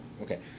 okay